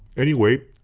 anyway,